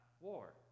war